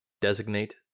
Designate